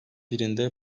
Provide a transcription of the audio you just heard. birinde